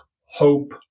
hope